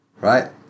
right